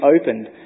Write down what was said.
opened